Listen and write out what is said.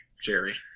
Jerry